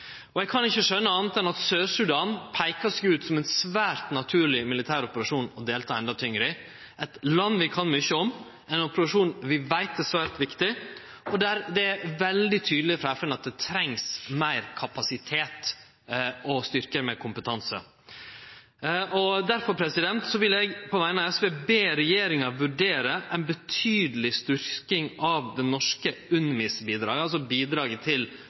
Eg kan ikkje skjøne anna enn at Sør-Sudan peikar seg ut – det er ein svært naturleg militær operasjon å delta enda tyngre i, eit land vi kan mykje om, ein operasjon vi veit er svært viktig, og der det er veldig tydeleg for FN at det trengst meir kapasitet og styrkar med kompetanse. Derfor vil eg på vegner av SV be regjeringa vurdere ei betydelig styrking av det norske UNMISS-bidraget – altså bidraget til